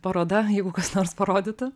paroda jeigu kas nors parodytų